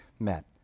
met